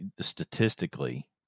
statistically